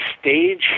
stage